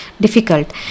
difficult